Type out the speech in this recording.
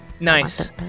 Nice